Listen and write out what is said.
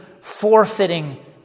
forfeiting